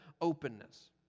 openness